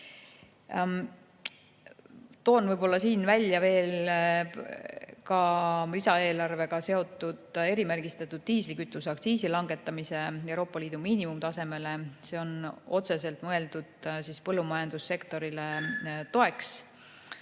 Toon siin veel välja lisaeelarvega seotud erimärgistatud diislikütuse aktsiisi langetamise Euroopa Liidu miinimumtasemele. See on otseselt mõeldud põllumajandussektorile toeks.